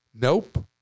Nope